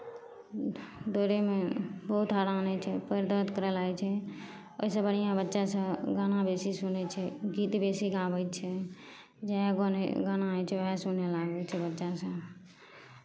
दौड़ैमे बहुत हरान होइ छै पएर दर्द करए लागै छै ओहिसँ बढ़िआँ बच्चासभ गाना बेसी सुनै छै गीत बेसी गाबै छै जएह गाने गाना होइ छै उएह सुनय लागै छै बच्चासभ